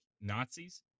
Nazis